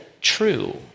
true